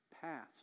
passed